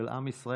של עם ישראל,